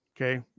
Okay